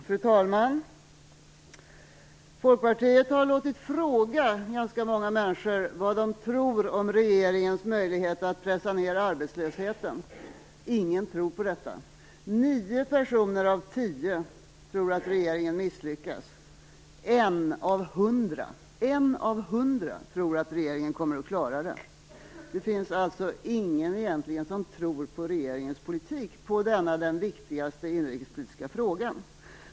Fru talman! Folkpartiet har låtit fråga ganska många människor vad de tror om regeringens möjlighet att pressa ned arbetslösheten. Ingen tror på detta. 9 personer av 10 tror att regeringen misslyckas. 1 av 100 tror att regeringen kommer att klara det. Det finns alltså egentligen ingen som tror på regeringens politik i denna den viktigaste inrikespolitiska frågan.